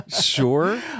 Sure